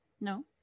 No